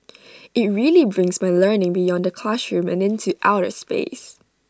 IT really brings my learning beyond the classroom and into outer space